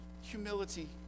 humility